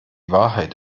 wahrheit